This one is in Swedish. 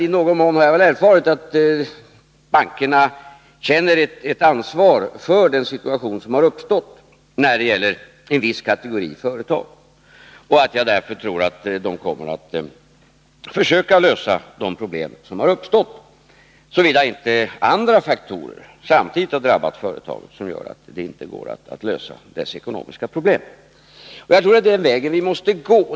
I någon mån har jag erfarit att bankerna känner ett ansvar för den situation som har uppstått när det gäller en viss kategori företag, och jag tror därför att de kommer att försöka lösa de problem som har uppstått — såvida inte andra faktorer som samtidigt har drabbat företagen gör att det inte går att lösa deras ekonomiska problem. Jag tror att det är den vägen vi måste gå.